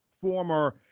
former